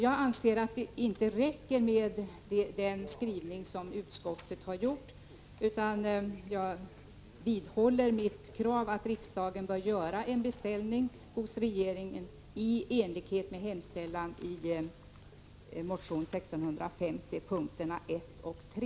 Jag anser inte att utskottets skrivning är tillräcklig, utan jag vidhåller mitt krav att riksdagen bör göra en beställning hos regeringen i enlighet med hemställan i motion 1650 punkterna 1 och 3.